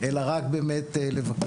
אלא רק באמת לבקר.